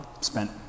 spent